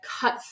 cut